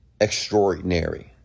extraordinary